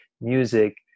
music